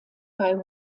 bei